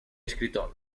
escritor